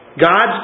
God's